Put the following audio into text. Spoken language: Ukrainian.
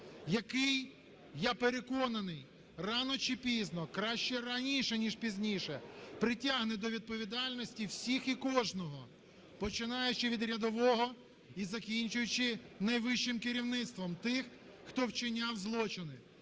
який, я переконаний, рано чи пізно краще раніше ніж пізніше, притягне до відповідальності всіх і кожного, починаючи від рядового і закінчуючи найвищим керівництвом, тих, хто вчиняв злочини,